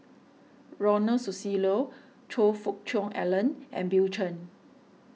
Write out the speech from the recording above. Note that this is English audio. Ronald Susilo Choe Fook Cheong Alan and Bill Chen